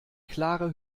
klare